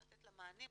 לתת לה מענים,